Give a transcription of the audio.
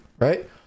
Right